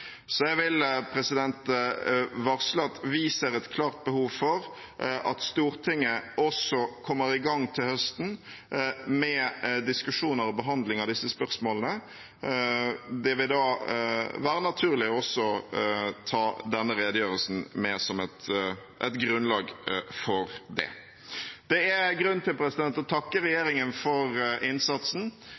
Jeg vil varsle at vi ser et klart behov for at Stortinget til høsten kommer i gang med diskusjoner og behandling av disse spørsmålene. Det vil da være naturlig også å ta denne redegjørelsen med som et grunnlag for det. Det er grunn til å takke regjeringen for innsatsen.